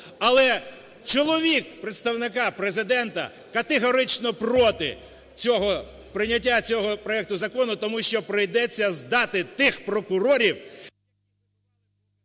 Але чоловік Представника Президента категорично проти прийняття цього проекту закону, тому що прийдеться здати тих прокурорів…